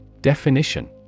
Definition